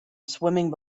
swimming